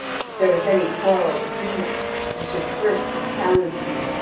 if there was any quarrel between us you should first have challenged me,